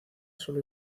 sólo